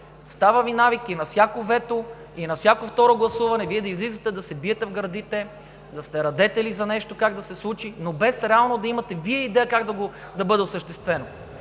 става навик и на всяко вето, и на всяко второ гласуване Вие да излизате да се биете в гърдите, да сте радетели за нещо как да се случи, но без реално да имате идея как да бъде осъществено!